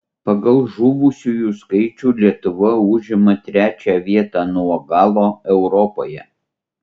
pagal žuvusiųjų skaičių lietuva užima trečią vietą nuo galo europoje